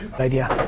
idea.